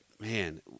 man